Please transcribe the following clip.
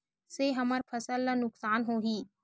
से हमर फसल ला नुकसान होही?